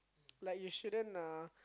like you shouldn't uh